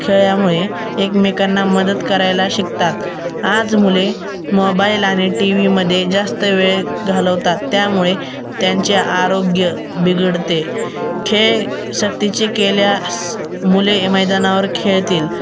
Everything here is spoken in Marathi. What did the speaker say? खेळल्यामुळे एकमेकांना मदत करायला शिकतात आज मुले मोबाईल आणि टी व्हीमध्ये जास्त वेळ घालवतात त्यामुळे त्यांचे आरोग्य बिघडते खेळ सक्तीचे केल्यास मुले हे मैदानावर खेळतील